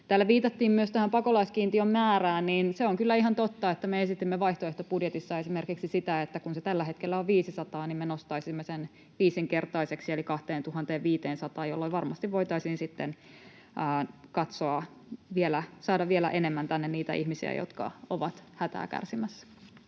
täällä viitattiin myös tähän pakolaiskiintiön määrään, niin se on kyllä ihan totta, että me esitimme vaihtoehtobudjetissa esimerkiksi sitä, että kun se tällä hetkellä on 500, niin me nostaisimme sen viisinkertaiseksi, eli 2 500:aan, jolloin varmasti voitaisiin saada vielä enemmän tänne niitä ihmisiä, jotka ovat hätää kärsimässä.